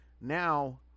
now